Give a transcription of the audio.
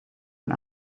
een